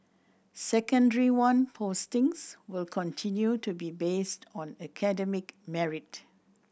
Secondary One postings will continue to be based on academic merit